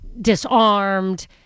disarmed